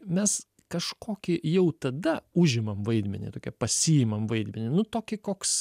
mes kažkokį jau tada užimam vaidmenį tokį pasiimam vaidmenį nu tokį koks